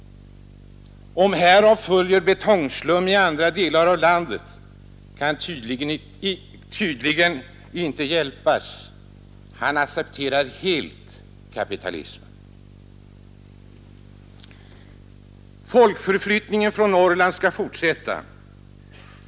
Om härav följer betongslum i andra delar av landet kan tydligen inte hjälpas. Han accepterar helt kapitalismen. Folkförflyttningen från Norrland skall fortsätta.